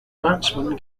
batsman